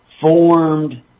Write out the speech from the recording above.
formed